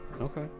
Okay